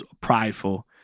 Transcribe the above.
prideful